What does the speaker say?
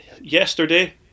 yesterday